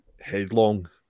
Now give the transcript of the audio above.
Headlong